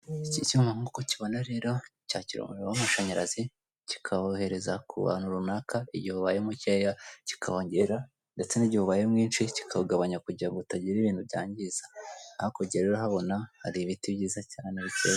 Iki cyuma nkuko ukibona rero, cyakira umuriro w'amashanyarazi, kikawohereza kubantu runaka igihe ubaye mukeya kikawongera, ndetse n'igihe ubaye mwinshi kikawugabanya kugira ngo utagira ikintu byangiza. Hakurya rero urahabona hari ibiti byiza cyane.